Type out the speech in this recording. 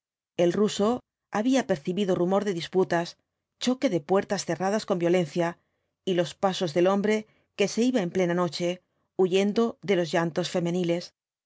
el ruso había percibido rumor de disputas choque de puertas cerradas con violencia y los pasos del hombre que se iba en plena noche huyendo de los llantos femeniles